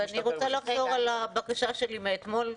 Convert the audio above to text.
ואני רוצה לחזור על הבקשה שלי מאתמול,